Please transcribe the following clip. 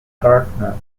gardener